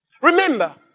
Remember